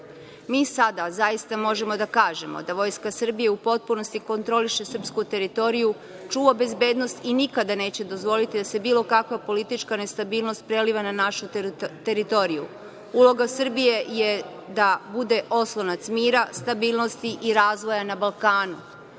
Mi sada, zaista, možemo da kažemo da Vojska Srbije u potpunosti kontroliše srpsku teritoriju, čuva bezbednost i nikada neće dozvoliti da se bilo kakva politička nestabilnost preliva na našu teritoriju. Uloga Srbije je da bude oslonac mira, stabilnosti i razvoja na Balkanu. Naša